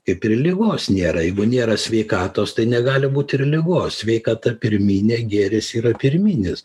kaip ir ligos nėra jeigu nėra sveikatos tai negali būt ir ligos sveikata pirminė gėris yra pirminis